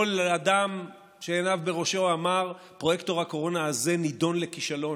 כל אדם שעיניו בראשו אמר: פרויקטור הקורונה הזה נידון לכישלון.